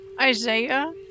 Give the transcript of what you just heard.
Isaiah